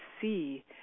see